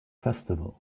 festival